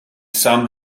some